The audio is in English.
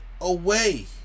away